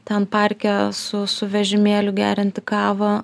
ten parke su su vežimėliu gerianti kavą